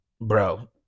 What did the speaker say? bro